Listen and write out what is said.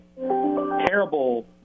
terrible